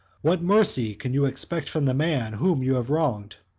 what mercy can you expect from the man whom you have wronged?